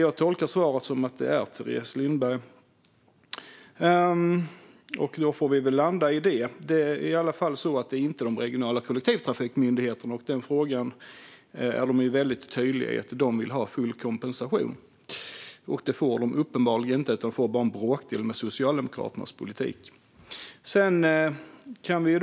Jag tolkar svaret som att Teres Lindberg är det, och då får vi väl landa i det. Det är i alla fall inte de regionala kollektivtrafikmyndigheterna - de är väldigt tydliga med att de vill ha full kompensation. Men de får de uppenbarligen inte, utan med Socialdemokraternas politik får de bara en bråkdel.